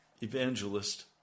evangelist